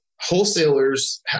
wholesalers